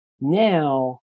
now